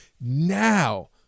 now